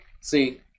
See